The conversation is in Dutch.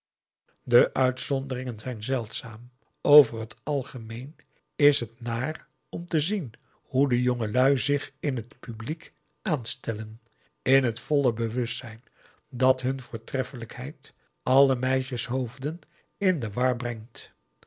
de uitzonderingen zijn zeldzaam over het algemeen is het naar om te zien hoe de jongelui zich in het publiek p a daum de van der lindens c s onder ps maurits aanstellen in het volle bewustzijn dat hun voortreffelijkheid alle meisjeshoofden in de war brengt